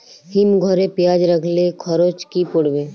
হিম ঘরে পেঁয়াজ রাখলে খরচ কি পড়বে?